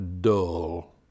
dull